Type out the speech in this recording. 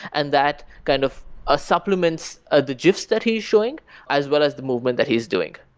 and that kind of ah supplements ah the gifs that he's showing as well as the movement that he's doing.